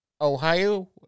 Ohio